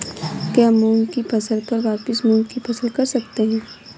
क्या मूंग की फसल पर वापिस मूंग की फसल कर सकते हैं?